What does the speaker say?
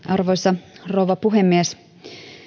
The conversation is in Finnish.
arvoisa rouva puhemies